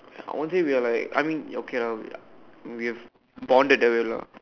I won't say we are like I mean okay lah we are we are bonded that way lah